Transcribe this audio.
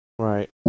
right